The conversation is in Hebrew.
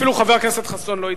אפילו חבר הכנסת חסון לא ידבר,